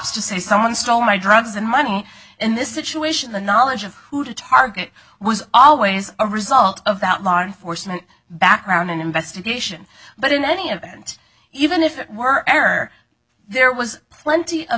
to say someone stole my drugs and money in this situation the knowledge of who the target was always a result of that law enforcement background investigation but in any event even if it were air there was plenty of